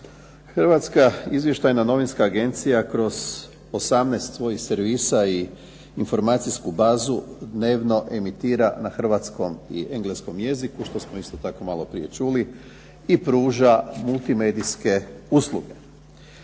Hrvatska izvještajna novinska agencija kroz 18 svojih servisa i informacijsku bazu dnevno emitira na hrvatskom i engleskom jeziku, što smo isto tako maloprije čuli, i pruža multimedijske usluge.